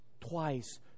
twice